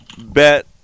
bet